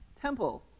Temple